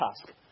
task